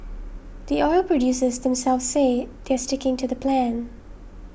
the oil producers themselves say they're sticking to the plan